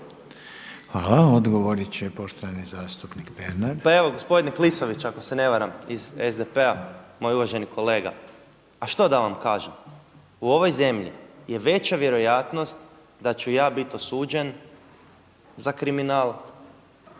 Hvala. Odgovorit će poštovani zastupnik Pernar. **Pernar, Ivan (Živi zid)** Gospodin Klisović ako se ne varam iz SDP-a, moj uvaženi kolega a što da vam kažem? U ovoj zemlji je veća vjerojatnost da ću ja bit osuđen za kriminal